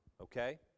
okay